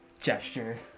gesture